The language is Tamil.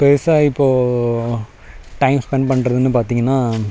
பெருசாக இப்போ டைம் ஸ்பென்ட் பண்ணுறதுனு பார்த்திங்கனா